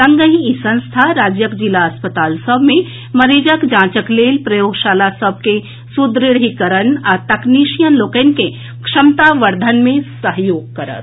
संगहि ई संस्था राज्यक जिला अस्पताल सभ मे मरीजक जांचक लेल प्रयोगशाला सभ के सदृढीकरण आ तकनीशियन लोकनि के क्षमतावर्द्वन मे सहयोग करत